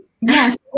Yes